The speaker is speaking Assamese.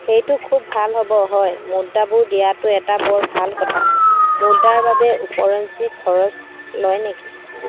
সেইটো খুব ভাল হ'ব হয় মুদ্ৰাবোৰ দিয়াটো এটা বৰ ভাল কথা মুদ্ৰাৰ বাবে ওপৰঞ্চি খৰচ লয় নেকি